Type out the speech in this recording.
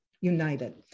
United